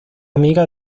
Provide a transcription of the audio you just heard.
amiga